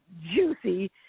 juicy